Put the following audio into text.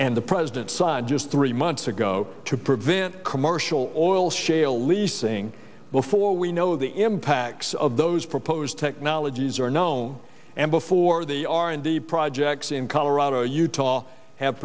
and the president signed just three months ago to prevent commercial oil shale leasing before we know the impacts of those proposed technologies are known and before they are in the projects in colorado utah have